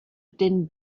din